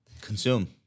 Consume